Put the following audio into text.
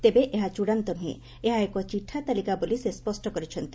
ତେବେ ଏହା ଚୂଡ଼ାନ୍ତ ନୁହେଁ ଏହା ଏକ ଚିଠା ତାଲିକା ବୋଲି ସେ ସ୍ୱଷ୍ଟ କରିଛନ୍ତି